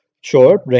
sure